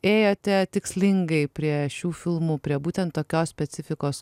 ėjote tikslingai prie šių filmų prie būtent tokios specifikos